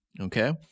Okay